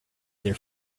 their